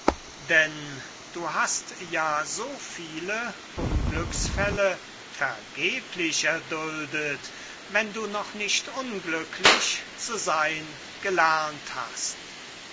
denn du hast ja so viele unglücksfälle vergeblich erduldet wenn du noch nicht unglücklich zu sein gelernt hast